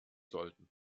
sollten